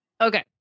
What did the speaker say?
Okay